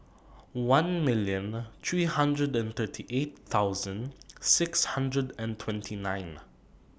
one million three hundred and thirty eight thousand six hundred and twenty nine